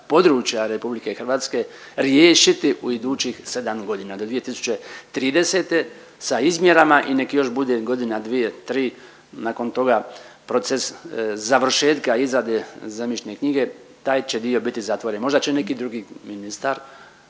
područja RH riješiti u idućih 7 godina do 2030. sa izmjerama i nek još bude godina, dvije, tri nakon toga proces završetka izrade zemljišne knjige taj će dio biti zatvoren. Možda će neki drugi ministar,